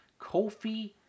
Kofi